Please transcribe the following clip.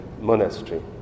Monastery